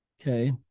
Okay